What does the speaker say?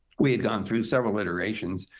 we had gone through several iterations.